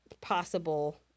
possible